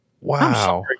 Wow